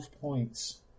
points